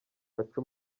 baca